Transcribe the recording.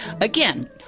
Again